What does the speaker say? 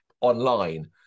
online